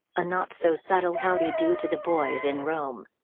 a not so subtle howdy-do to the boys in rome.